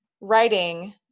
writing